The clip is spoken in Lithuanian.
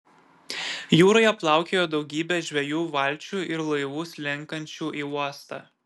jūroje plaukiojo daugybė žvejų valčių ir laivų slenkančių į uostą